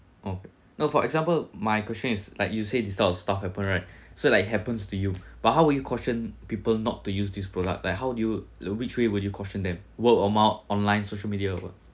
okay no for example my question is like you said this type of stuff happen right so like it happens to you but how would you caution people not to use this product like how do you like which way would you caution them word or mouth online social media or what